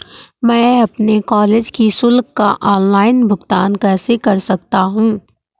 मैं अपने कॉलेज की शुल्क का ऑनलाइन भुगतान कैसे कर सकता हूँ?